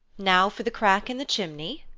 now for the crack in the chimney!